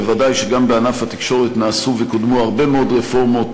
ודאי שגם בענף התקשורת נעשו וקודמו הרבה מאוד רפורמות